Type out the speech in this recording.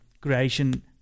creation